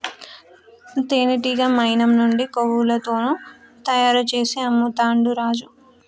తేనెటీగ మైనం నుండి కొవ్వతులను తయారు చేసి అమ్ముతాండు రాజు